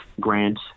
grant